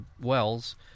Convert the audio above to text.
wells